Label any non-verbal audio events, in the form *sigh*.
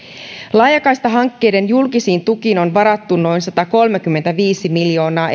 laajakaistahankkeiden julkisiin tukiin on varattu noin satakolmekymmentäviisi miljoonaa *unintelligible*